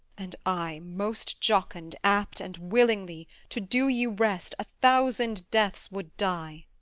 and i, most jocund, apt, and willingly, to do you rest, a thousand deaths would die.